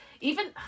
even-